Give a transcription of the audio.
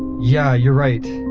yeah, you're right.